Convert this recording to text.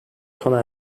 sona